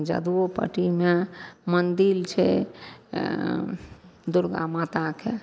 जदुओपट्टीमे मन्दिर छै दुरगा माताके